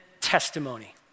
testimony